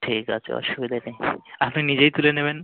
ঠিক আছে অসুবিধা নেই আপনি নিজেই তুলে নেবেন